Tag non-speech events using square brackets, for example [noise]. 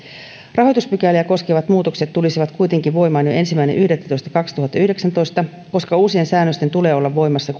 rahoituspykäliä koskevat muutokset tulisivat kuitenkin voimaan jo ensimmäinen yhdettätoista kaksituhattayhdeksäntoista koska uusien säännösten tulee olla voimassa [unintelligible]